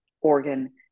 organ